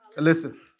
listen